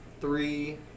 three